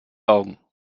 augen